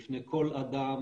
בפני כל אדם,